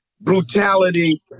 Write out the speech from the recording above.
brutality